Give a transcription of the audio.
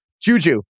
Juju